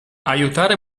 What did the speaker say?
aiutare